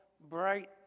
bright